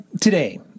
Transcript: Today